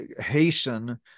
hasten